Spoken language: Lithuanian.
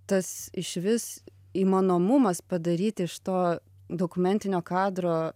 tas išvis įmanomumas padaryti iš to dokumentinio kadro